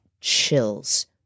chills